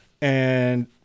and-